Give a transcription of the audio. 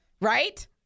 Right